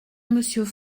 monsieur